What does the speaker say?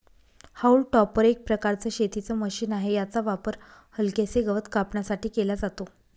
haulm topper एक प्रकारचं शेतीच मशीन आहे, याचा वापर हलकेसे गवत कापण्यासाठी केला जातो